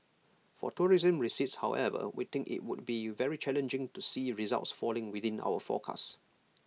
for tourism receipts however we think IT would be very challenging to see results falling within our forecast